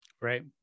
right